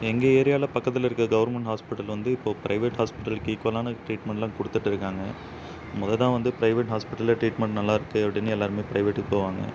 எங்கள் ஏரியாவில் பக்கத்தில் இருக்கற கவர்மெண்ட் ஹாஸ்பிட்டல் வந்து இப்போது ப்ரைவேட் ஹாஸ்பிட்டலுக்கு ஈக்குவலான ட்ரீட்மெண்ட்டெல்லாம் கொடுத்துட்டு இருக்காங்க மொதல் தான் வந்து ப்ரைவேட் ஹாஸ்பிட்டலில் ட்ரீட்மெண்ட் நல்லா இருக்குது அப்படின்னு எல்லாேருமே ப்ரைவேட்டுக்கு போவாங்க